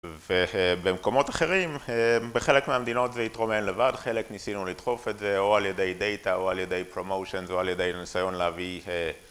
ובמקומות אחרים, בחלק מהמדינות זה התרומם לבד, חלק ניסינו לדחוף את זה, או על ידי דאטה, או על ידי פרומושיונס, או על ידי ניסיון להביא